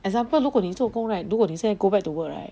example 如果你做工 right 如果你现在 go back to work right